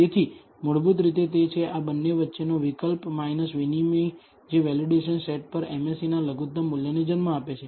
તેથી મૂળભૂત રીતે તે છે કે આ બંને વચ્ચેનો વિકલ્પ વિનિમય જે વેલિડેશન સેટ પર MSEના આ લઘુત્તમ મૂલ્યને જન્મ આપે છે